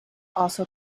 also